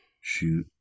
shoot